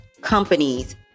companies